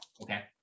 Okay